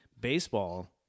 Baseball